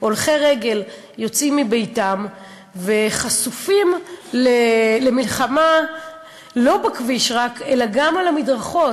הולכי רגל יוצאים מביתם וחשופים למלחמה לא רק בכביש אלא גם על המדרכות.